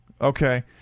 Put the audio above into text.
Okay